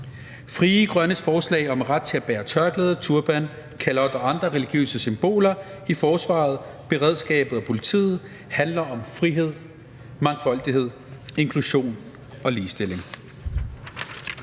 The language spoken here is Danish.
Frie Grønnes forslag om ret til at bære tørklæde, turban, kalot og andre religiøse symboler i forsvaret, beredskabet og politiet handler om frihed, mangfoldighed, inklusion og ligestilling.